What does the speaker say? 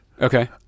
Okay